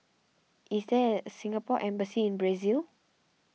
is there at Singapore Embassy in Brazil